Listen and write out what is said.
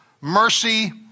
mercy